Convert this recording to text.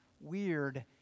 weird